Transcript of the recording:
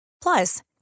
Plus